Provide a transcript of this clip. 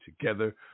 together